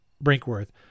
Brinkworth